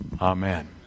amen